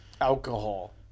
alcohol